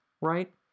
right